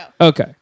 Okay